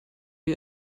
wir